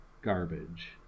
garbage